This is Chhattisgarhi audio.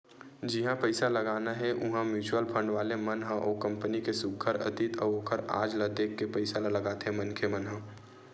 जिहाँ पइसा लगाना हे उहाँ म्युचुअल फंड वाले मन ह ओ कंपनी के सुग्घर अतीत अउ ओखर आज ल देख के पइसा ल लगाथे मनखे मन ह